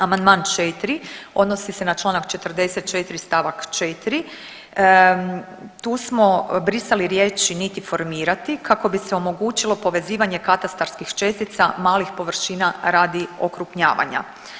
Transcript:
Amandman 4. odnosi se na članak 44. stavak 4. Tu smo brisali riječi „niti formirati“ kako bi se omogućilo povezivanje katastarskih čestica malih površina radi okrupnjavanja.